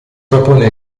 propone